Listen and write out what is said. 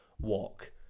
walk